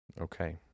Okay